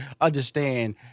understand